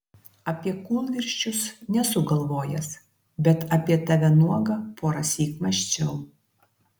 apie kūlvirsčius nesu galvojęs bet apie tave nuogą porąsyk mąsčiau